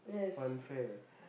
funfair